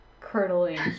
curdling